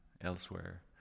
elsewhere